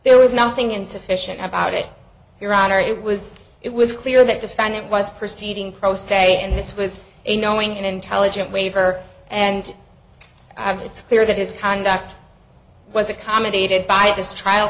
there was nothing insufficient about it your honor it was it was clear that defendant was proceeding pro se and this was a knowing and intelligent waiver and it's clear that his conduct was accommodated by this trial